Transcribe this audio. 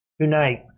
tonight